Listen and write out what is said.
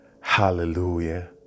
hallelujah